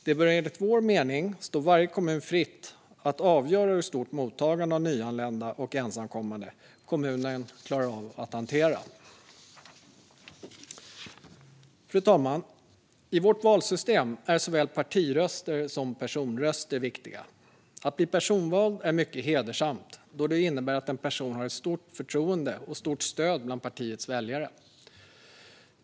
Det bör enligt vår mening stå varje kommun fritt att avgöra hur stort mottagande av nyanlända och ensamkommande kommunen klarar av att hantera. Fru talman! I vårt valsystem är såväl partiröster som personröster viktiga. Att bli personvald är mycket hedersamt då det innebär att en person åtnjuter ett stort förtroende och har ett stort stöd bland partiets väljare.